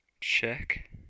check